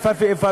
איפה ואיפה.